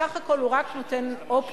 בסך הכול הוא רק נותן אופציות,